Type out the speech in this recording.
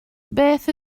beth